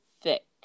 thick